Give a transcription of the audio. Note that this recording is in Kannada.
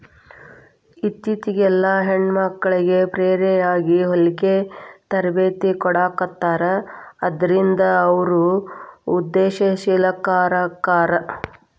ಇತ್ತಿತ್ಲಾಗೆಲ್ಲಾ ಹೆಣ್ಮಕ್ಳಿಗೆ ಫ್ರೇಯಾಗಿ ಹೊಲ್ಗಿ ತರ್ಬೇತಿ ಕೊಡಾಖತ್ತಾರ ಅದ್ರಿಂದ ಅವ್ರು ಉದಂಶೇಲರಾಕ್ಕಾರ